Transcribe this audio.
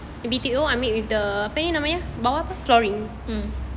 flooring